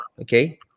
okay